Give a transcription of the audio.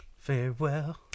Farewell